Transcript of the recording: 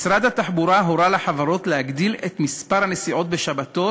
משרד התחבורה הורה לחברות להגדיל את מספר הנסיעות בשבתות